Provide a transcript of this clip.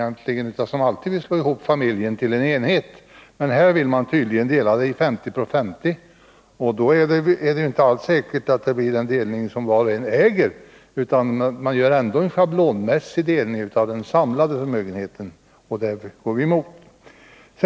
De vill alltid slå ihop familjen till en enhet. Men här vill man tydligen att förmögenheten skall uppdelas med 50 96 på vardera maken. Men det är inte alls säkert att det blir en uppdelning i det som var och en äger, utan det görs en schablonmässig delning av den samlade förmögenheten. Det går vi emot.